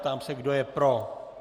Ptám se, kdo je pro.